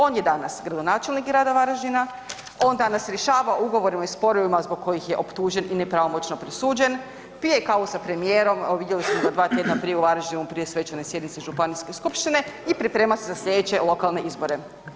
On je danas gradonačelnik grada Varaždina, on danas rješava ugovore u ovim sporovima zbog kojih je optužen i nepravomoćno presuđen, pije kavu sa premijerom, evo vidjeli smo ga 2 tjedna prije u Varaždinu, prije svečane sjednice županijske skupštine i priprema se za slijedeće lokalne izbore.